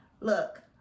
Look